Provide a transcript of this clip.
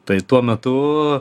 tai tuo metu